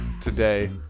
today